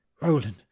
Roland